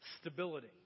Stability